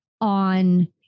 on